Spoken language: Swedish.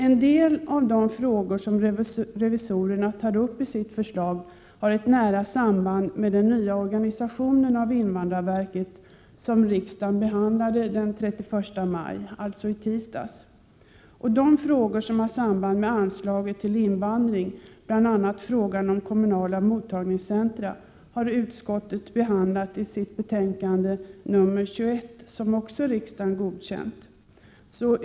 En del av de frågor som revisorerna tar upp i sitt förslag har ett nära samband med den nya organisation av invandrarverket som riksdagen behandlade den 31 maj, alltså i tisdags. De frågor som har samband med anslaget till invandring, bl.a. frågan om kommunala mottagningscentra, har utskottet behandlat i sitt betänkande nr 21, som riksdagen också har fattat beslut om och därmed godkänt.